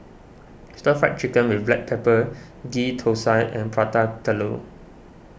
Stir Fried Chicken with Black Pepper Ghee Thosai and Prata Telur